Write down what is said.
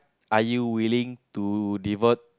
are you willing to devote